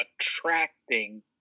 attracting